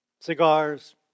cigars